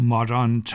Modern